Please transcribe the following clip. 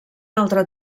altre